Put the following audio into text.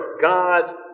God's